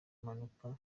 mpanuka